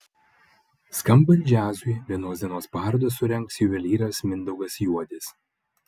skambant džiazui vienos dienos parodą surengs juvelyras mindaugas juodis